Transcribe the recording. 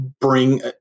bring